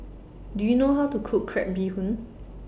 Do YOU know How to Cook Crab Bee Hoon